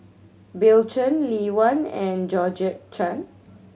Bill Chen Lee Wen and Georgette Chen